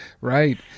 right